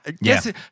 Yes